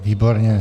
Výborně.